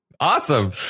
Awesome